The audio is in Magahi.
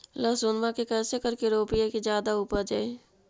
लहसूनमा के कैसे करके रोपीय की जादा उपजई?